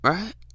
Right